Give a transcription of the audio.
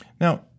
Now